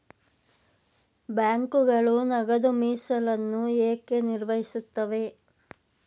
ಬ್ಯಾಂಕುಗಳು ನಗದು ಮೀಸಲನ್ನು ಏಕೆ ನಿರ್ವಹಿಸುತ್ತವೆ?